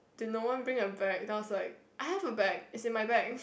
did no one bring a bag then I was like I have a bag it's in my bag